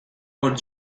were